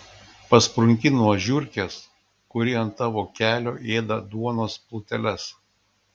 pasprunki nuo žiurkės kuri ant tavo kelio ėda duonos pluteles